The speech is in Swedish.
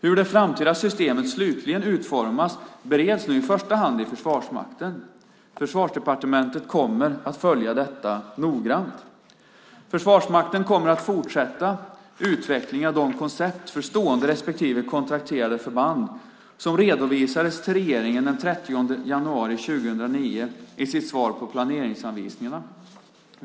Hur det framtida systemet slutligen utformas bereds nu i första hand i Försvarsmakten. Försvarsdepartementet kommer att följa detta noggrant. Försvarsmakten kommer att fortsätta utvecklingen av de koncept för stående respektive kontrakterade förband som redovisades till regeringen den 30 januari 2009 i sitt svar på planeringsanvisningarna.